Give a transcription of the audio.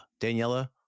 Daniela